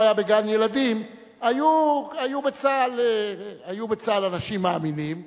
היה בגן-ילדים היו בצה"ל אנשים מאמינים.